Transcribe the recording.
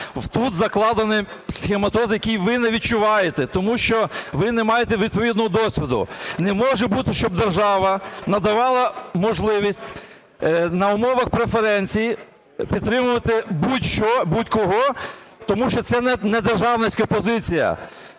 Тут закладено "схематоз", який ви не відчуваєте, тому що ви не маєте відповідного досвіду. Не може бути, щоб держава надавала можливість на умовах преференцій підтримувати будь-що, будь-кого. Тому що це недержавницька позиція.